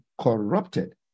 corrupted